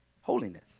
Holiness